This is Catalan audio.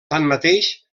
tanmateix